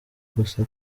gusa